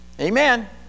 amen